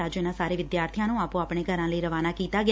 ਅੱਜ ਇਨੂਾ ਸਾਰੇ ਵਿਦਿਆਰਥੀਆ ਨੂੰ ਆਪੋ ਆਪਣੇ ਘਰਾ ਲਈ ਰਵਾਨਾ ਕੀਤਾ ਗਿਆ